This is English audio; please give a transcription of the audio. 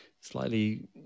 slightly